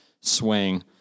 swing